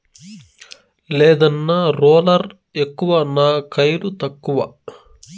లేదన్నా, రోలర్ ఎక్కువ నా కయిలు తక్కువ